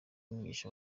mugisha